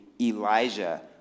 Elijah